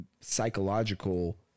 psychological